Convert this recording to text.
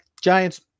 Giants